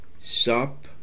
shop